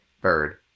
bird